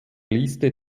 liste